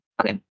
Okay